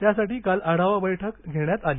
त्यासाठी काल आढावा बैठक घेण्यात आली